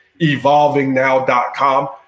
evolvingnow.com